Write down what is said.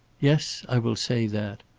yes i will say that.